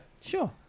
Sure